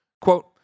quote